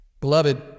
Beloved